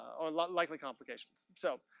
or like likely complications. so,